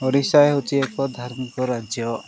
ଓଡ଼ିଶା ହେଉଛି ଏକ ଧାର୍ମିକ ରାଜ୍ୟ